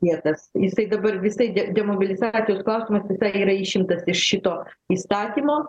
vietas jisai dabar visai de demobilizacijos klausimas visai yra išimtas iš šito įstatymo